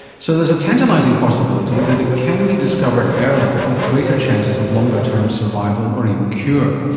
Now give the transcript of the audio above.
so there's a tantalising possibility that it can be discovered earlier with greater chances of longer-term survival or even cure.